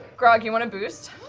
grog, you want a boost?